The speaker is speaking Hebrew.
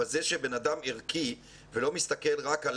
אבל זה שבן אדם ערכי ולא מסתכל רק על